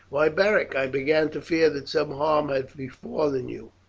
why, beric, i began to fear that some harm had befallen you.